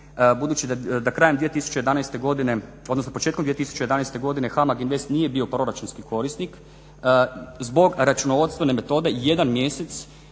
budući da krajem 2011. godine odnosno početkom 2011. godine HAMAG INVEST nije bio proračunski korisnik zbog računovodstvene metode jedan mjesec